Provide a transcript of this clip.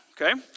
Okay